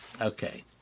Okay